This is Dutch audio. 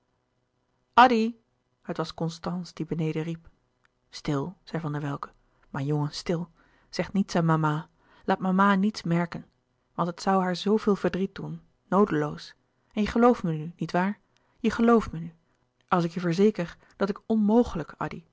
het was constance die beneden riep stil zei van der welcke mijn jongen stil zeg niets aan mama laat mama niets merken want het zoû haar zooveel verdriet doen noodeloos en je gelooft me nu niet waar je gelooft me nu als ik je verzeker dat ik onmogelijk addy